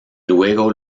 luego